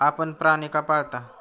आपण प्राणी का पाळता?